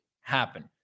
happen